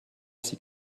sie